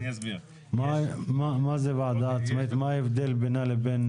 מה ההבדל בינה ובין